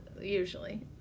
usually